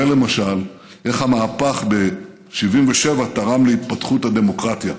למשל איך המהפך ב-77' תרם להתפתחות הדמוקרטיה.